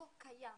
אני מתקן.